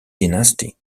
dynasty